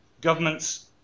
governments